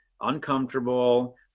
uncomfortable